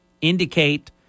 indicate